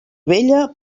vella